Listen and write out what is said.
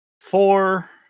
four